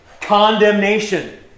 Condemnation